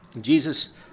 Jesus